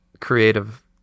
creative